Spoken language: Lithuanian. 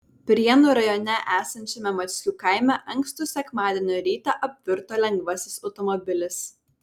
prienų rajone esančiame mackių kaime ankstų sekmadienio rytą apvirto lengvasis automobilis